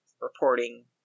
reporting